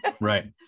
Right